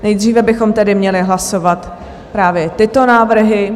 Nejdříve bychom tedy měli hlasovat právě tyto návrhy.